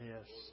Yes